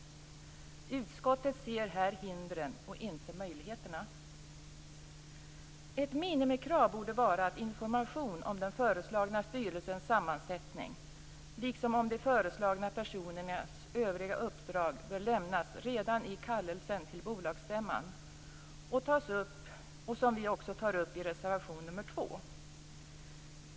Utskottet ser här hindren och inte möjligheterna. Ett minimikrav borde vara att information om den föreslagna styrelsens sammansättning, liksom om de föreslagna personernas övriga uppdrag, bör lämnas redan i kallelsen till bolagsstämman. Det tar vi upp i reservation nr 2.